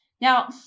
Now